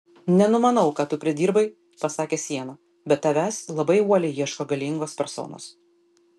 nenumanau ką tu pridirbai pasakė siena bet tavęs labai uoliai ieško galingos personos